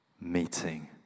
meeting